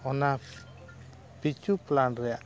ᱚᱱᱟ ᱯᱤᱪᱷᱩ ᱯᱞᱟᱴ ᱨᱮᱱᱟᱜ